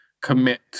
commit